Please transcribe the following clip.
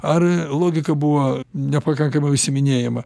ar logika buvo nepakankamai užsiiminėjama